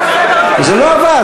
זה לא עבד.